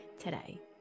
today